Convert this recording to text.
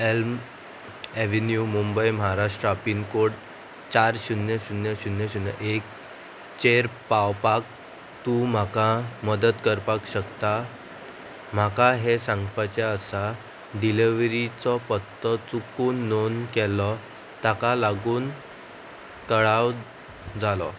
Elm Avenue Mumbai Maharashtra pincode चार शुन्य शुन्य शुन्य शुन्य एकचेर पावपाक तूं म्हाका मदत करपाक शकता म्हाका हें सांगपाचें आसा डिलिव्हरीचो पत्तो चुकून नोंद केलो ताका लागून कळाव जालो